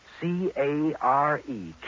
C-A-R-E